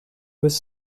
was